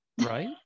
Right